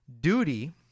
duty